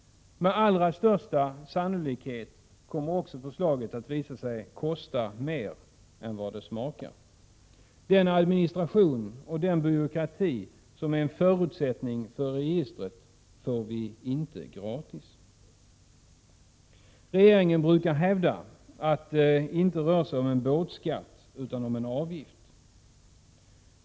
Med allra största sannolikhet kommer förslaget också att visa sig kosta mer än vad det smakar. Den administration och den byråkrati som är en förutsättning för registret får vi inte gratis. Regeringen brukar hävda att det inte rör sig om en båtskatt utan om en = Prot. 1987/88:110 avgift.